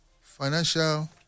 financial